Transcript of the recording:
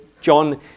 John